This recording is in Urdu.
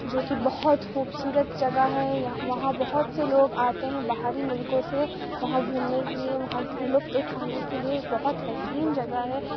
جو کہ بہت خوبصورت جگہ ہے وہاں بہت سے لوگ آتے ہیں باہری ملکوں سے وہاں گھومنے کے لیے وہاں کی لطف اٹھانے کے لیے بہت حسین جگہ ہے